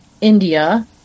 India